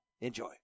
Enjoy